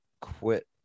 quit